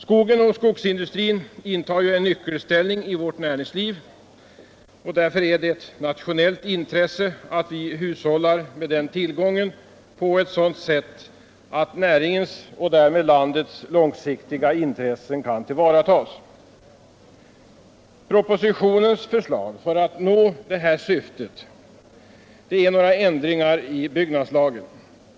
Skogen och skogsindustrin intar en nyckelställning i vårt näringsliv, och därför är det ett nationellt intresse att vi hushållar med denna tillgång på ett sådant sätt att näringens och därmed landets långsiktiga intressen tillvaratas. I propositionen föreslås för att nå detta syfte några ändringar i byggnadslagens 136 a §.